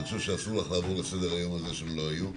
אני חושב שאסור לך לעבור לסדר היום על זה שהם לא היו -- ודאי.